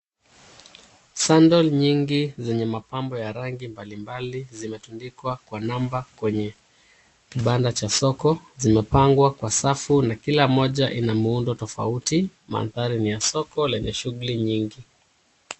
Sandal nyingi yenye mapambo ya rangi mbalimbali, zimetundikwa kwa namba kwenye kibanda cha soko. Zimepangwa kwenye safu na kila moja ina muundo tofauti. Mandhari ni ya soko lenye shughuli nyingi.